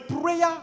prayer